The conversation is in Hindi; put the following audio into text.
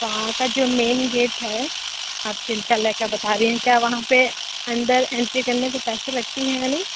वहाँ का जो मेन गेट है लेक बता रहे हैं क्या वहाँ पर अंदर एंट्री करने से पैसे लगते हैं या नहीं